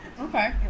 Okay